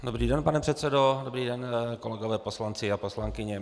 Dobrý den, pane předsedo, dobrý den kolegové poslanci a poslankyně.